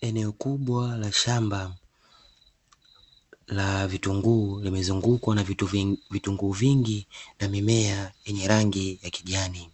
Eneo kubwa la shamba la vitunguu, limezungukwa na vitunguu vingi na mimea yenye rangi ya kijani.